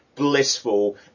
blissful